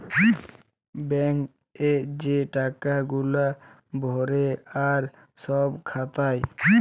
bank এ যে টাকা গুলা ভরে আর সব খাটায়